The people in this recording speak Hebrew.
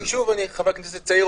שוב, אני חבר כנסת צעיר.